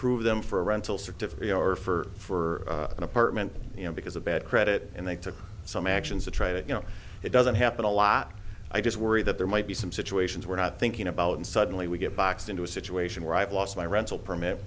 approve them for a rental certificate or for an apartment you know because of bad credit and they took some actions to try to you know it doesn't happen a lot i just worry that there might be some situations we're not thinking about and suddenly we get boxed into a situation where i've lost my rental permit